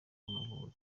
w’amavubi